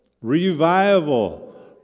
revival